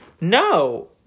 no